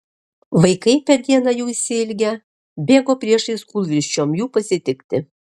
vaikai per dieną jų išsiilgę bėgo priešais kūlvirsčiom jų pasitikti